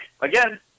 again